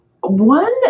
One